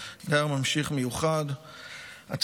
שבה מעל 1,000 מחבלים חדרו משטח רצועת עזה